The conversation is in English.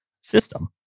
system